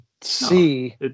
see